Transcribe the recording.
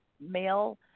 male